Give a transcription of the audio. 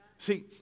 See